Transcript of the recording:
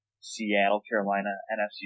Seattle-Carolina-NFC